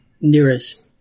nearest